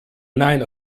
nine